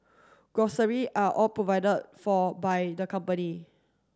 grocery are all provide for by the company